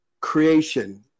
creation